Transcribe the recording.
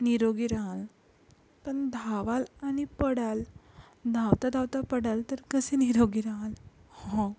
निरोगी रहाल पण धावाल आणि पडाल धावता धावता पडाल तर कसे निरोगी रहाल हो